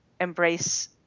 embrace